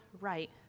right